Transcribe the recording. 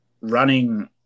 running